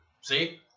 See